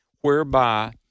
whereby